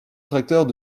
tracteurs